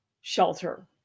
shelter